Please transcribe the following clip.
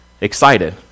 excited